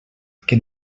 que